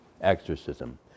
exorcism